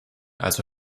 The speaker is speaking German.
also